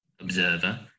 observer